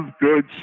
good